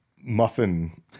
muffin